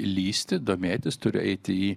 lįsti domėtis turi eiti